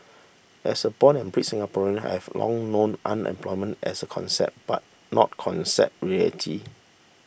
as a born and bred Singaporean I have long known unemployment as a concept but not reality